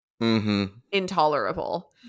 Intolerable